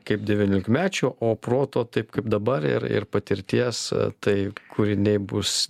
kaip devyniolikmečio o proto taip kaip dabar ir ir patirties tai kūriniai bus